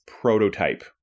prototype